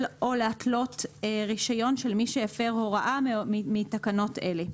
או להתלות רישיון של מי שהפר הוראה מתקנות אלה.